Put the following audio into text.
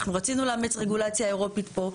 אנחנו רצינו לאמץ רגולציה אירופית פה.